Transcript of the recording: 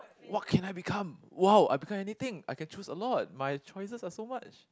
what can I become !wow! I become anything I can choose a lot my choices are so much